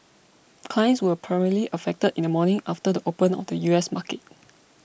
clients were primarily affected in the morning after the the open of U S markets